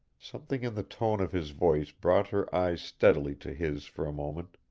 something in the tone of his voice brought her eyes steadily to his for a moment.